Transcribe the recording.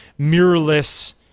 mirrorless